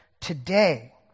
Today